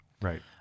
Right